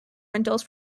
rentals